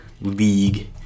league